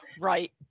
right